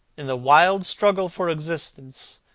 in the wild struggle for existence,